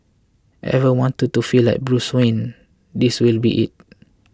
ever wanted to feel like Bruce Wayne this will be it